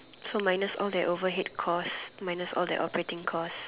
so minus all that overhead cost minus all their operating costs